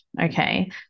Okay